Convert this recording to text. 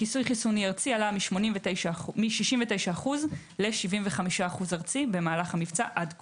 כיסוי חיסוני ארצי עלה מ-69% ל-75% ארצי במהלך המבצע עד כה.